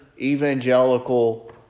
evangelical